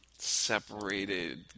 separated